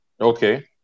Okay